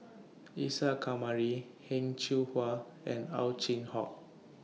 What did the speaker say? Isa Kamari Heng Cheng Hwa and Ow Chin Hock